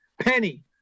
Penny